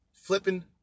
flipping